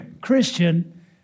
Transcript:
Christian